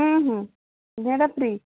ସେଇଟା ଫ୍ରି